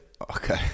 Okay